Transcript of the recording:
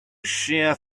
shear